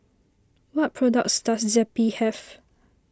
what products does Zappy have